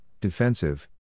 defensive